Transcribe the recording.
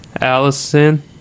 Allison